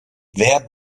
wer